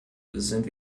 sind